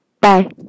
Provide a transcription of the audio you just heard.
bye